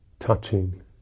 touching